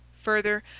further,